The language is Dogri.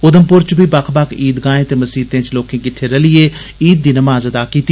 उधमपुर च बी बक्ख बक्ख ईदगाहें ते मसीतें च लोकें किट्ठे रलियै ईद दी नमाज़ अदा कीती